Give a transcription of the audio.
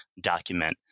document